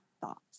thoughts